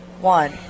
One